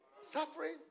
suffering